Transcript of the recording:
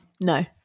No